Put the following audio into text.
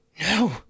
No